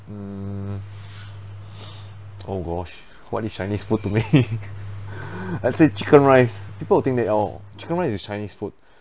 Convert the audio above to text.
mm oh gosh what is chinese food to me let's said chicken rice people will think that oh chicken rice is chinese food